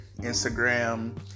Instagram